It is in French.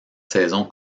saison